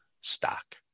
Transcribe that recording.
stock